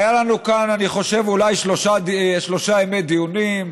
היו לנו כאן, אני חושב, אולי שלושה ימי דיונים.